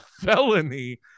felony